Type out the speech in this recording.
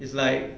it's like